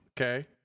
okay